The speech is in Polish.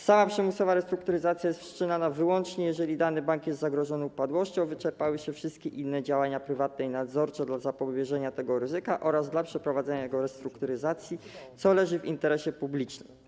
Sama przymusowa restrukturyzacja jest wszczynana wyłącznie wtedy, gdy dany bank jest zagrożony upadłością i wyczerpały się wszystkie inne działania prywatne i nadzorcze dla zapobieżenia tego ryzyka oraz przeprowadzenie jego restrukturyzacji leży w interesie publicznym.